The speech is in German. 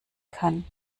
kann